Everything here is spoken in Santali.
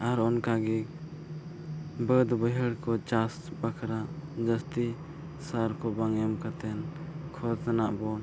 ᱟᱨ ᱚᱱᱠᱟ ᱜᱮ ᱵᱟᱹᱫᱽᱼᱵᱟᱹᱭᱦᱟᱹᱲ ᱠᱚ ᱪᱟᱥ ᱵᱟᱠᱷᱨᱟ ᱡᱟᱹᱥᱛᱤ ᱥᱟᱨᱠᱚ ᱵᱟᱝ ᱮᱢ ᱠᱟᱛᱮᱫ ᱠᱷᱚᱛ ᱨᱮᱱᱟᱜ ᱵᱚᱱ